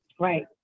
Right